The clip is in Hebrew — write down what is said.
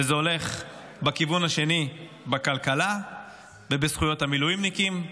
וזה הולך בכיוון השני בכלכלה ובזכויות המילואימניקים.